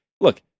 look